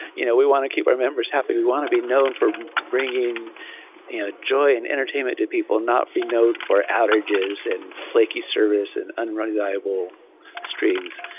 you know we want to keep our members happy. we want to be known for bringing joy and entertainment to people, not be known for outages and flaky service and unreliable streams.